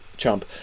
chump